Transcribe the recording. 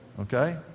okay